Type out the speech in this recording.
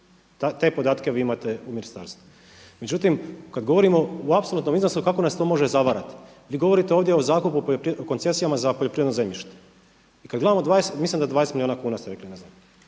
te podatke vi imate u ministarstvu. Međutim, kada govorimo u apsolutnom iznosu kako nas to može zavarati. Vi govorite ovdje o koncesijama za poljoprivredno zemljište, mislim da ste rekli 20 milijuna kuna, ali ako